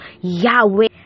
Yahweh